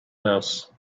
mouse